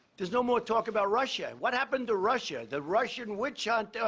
there's no more talk about russia. what happened to russia? the russian witch hunt?